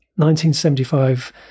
1975